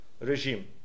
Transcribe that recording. regime